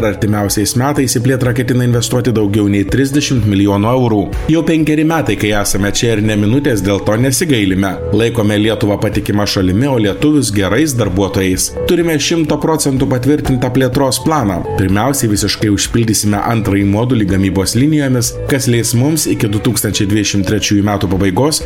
artimiausiais metais į plėtrą ketina investuoti daugiau nei trisdešimt milijonų eurų jau penkeri metai kai esame čia ir ne minutės dėl to nesigailime laikome lietuvą patikima šalimi o lietuvius gerais darbuotojais turime šimto procentų patvirtintą plėtros planą pirmiausiai visiškai užpildysime antrąjį modulį gamybos linijomis kas leis mums iki du tūkstančiai dvidešim trečiųjų metų pabaigos